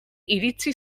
iritzi